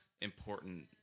important